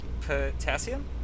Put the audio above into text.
potassium